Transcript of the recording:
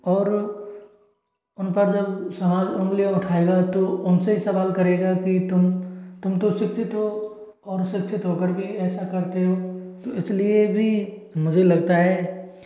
और उन पर जब सवाल उंगली उठाएगा तो उनसे सवाल करेगा कि तुम तुम तो शिक्षित हो और शिक्षित होकर भी ऐसा करते हो तो इसलिए भी मुझे लगता है